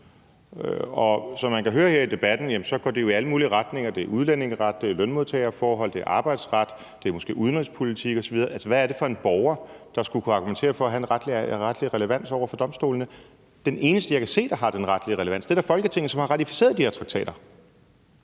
og som man kan høre her i debatten, går det jo i alle mulige retninger. Det er udlændingeret. Det er lønmodtagerforhold. Det er arbejdsret. Det er måske udenrigspolitik osv. Altså, hvad er det for en borger, der skulle kunne argumentere for at have en retlig relevans over for domstolene? Den eneste, jeg kan se der har den retlige relevans, er Folketinget, som har ratificeret de her traktater.